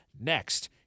next